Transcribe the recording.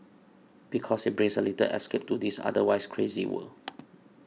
because it brings a little escape to this otherwise crazy world